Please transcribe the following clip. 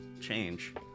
change